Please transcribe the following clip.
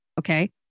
okay